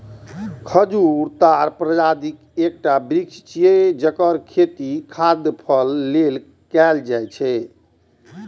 खजूर ताड़ प्रजातिक एकटा वृक्ष छियै, जेकर खेती खाद्य फल लेल कैल जाइ छै